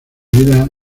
vida